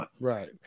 Right